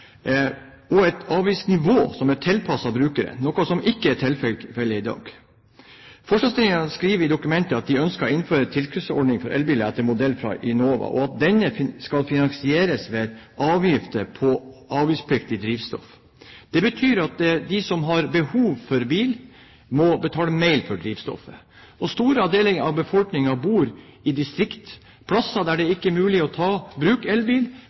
og et avgiftsnivå som er tilpasset brukerne, noe som ikke er tilfellet i dag. Forslagsstillerne skriver i dokumentet at de ønsker å innføre en tilskuddsordning for elbiler etter modell fra Enova, og at denne skal finansieres ved avgifter på avgiftspliktig drivstoff. Det betyr at de som har behov for bil, må betale mer for drivstoffet. Store deler av befolkningen bor i distriktene, plasser der det ikke er mulig å bruke elbil, plasser der det ikke er mulig å ta